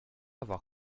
avoir